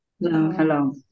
Hello